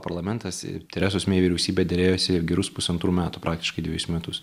parlamentas teresos mei vyriausybė derėjosi gerus pusantrų metų praktiškai dvejus metus